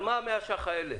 על מה 100 ש"ח האלה?